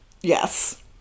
yes